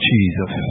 Jesus